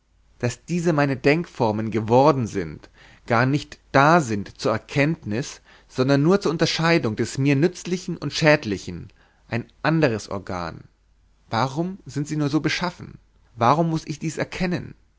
daß diese meine denkformen geworden sind garnicht da sind zur erkenntnis sondern nur zur unterscheidung des mir nützlichen und schädlichen ein anderes organ warum sind sie nur so beschaffen warum muß ich dies erkennen